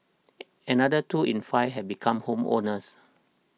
another two in five have become home owners